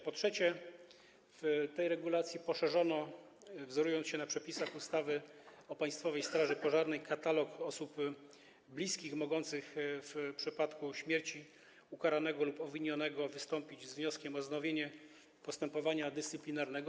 Po trzecie, w tej regulacji poszerzono, wzorując się na przepisach ustawy o Państwowej Straży Pożarnej, katalog osób bliskich mogących w przypadku śmierci ukaranego lub obwinionego wystąpić z wnioskiem o wznowienie postępowania dyscyplinarnego.